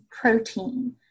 protein